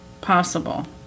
possible